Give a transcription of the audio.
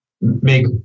make